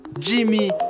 Jimmy